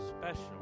special